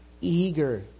eager